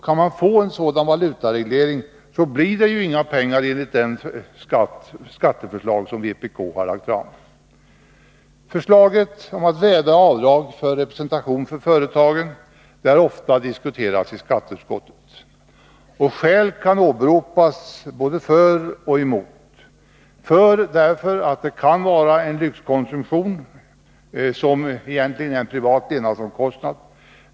Kan man få en sådan valutareglering blir det inga pengar, enligt det förslag som vpk har lagt fram. Förslaget om att vägra avdrag för representation för företagen har ofta diskuterats i skatteutskottet. Skäl kan åberopas både för och emot. Skäl för ett slopande kan vara att det rör sig om en lyxkonsumtion, som egentligen är en privat levnadsomkostnad.